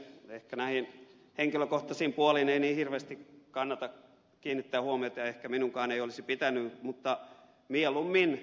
ehkä näihin henkilökohtaisiin puoliin ei niin hirveästi kannata kiinnittää huomiota ja ehkä minunkaan ei olisi pitänyt mutta mieluummin ed